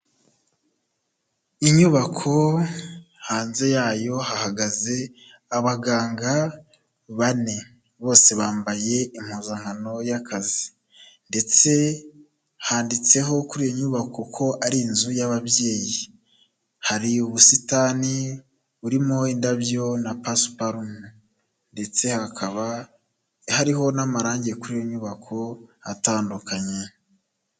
Inyubako, hanze yayo hahagaze abaganga bane. Bose bambaye impuzankano y'akazi. Ndetse handitseho kuri iyo nyubako ko ari inzu y'ababyeyi. Hari ubusitani burimo indabyo na pasiparumu. Ndetse hakaba hariho n'amarangi kuri iyo nyubako, atandukanye.